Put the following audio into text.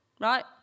Right